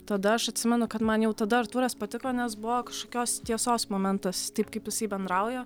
tada aš atsimenu kad man jau tada artūras patiko nes buvo kažkokios tiesos momentas taip kaip jisai bendrauja